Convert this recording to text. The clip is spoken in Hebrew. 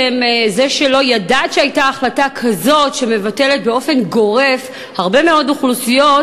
זה שלא ידעת שהייתה החלטה כזאת שמבטלת באופן גורף להרבה מאוד אוכלוסיות,